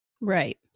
Right